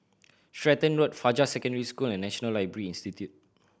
Stratton Road Fajar Secondary School and National Library Institute